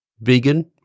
vegan